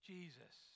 Jesus